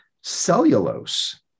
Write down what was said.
cellulose